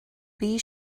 bee